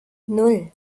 nan